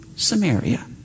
Samaria